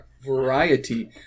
Variety